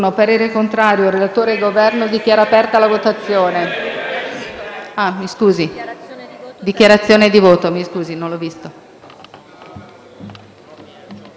Signor Presidente, come hanno già detto i colleghi, in questo provvedimento ci sono tante cose che mancano.